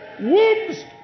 wombs